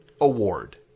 award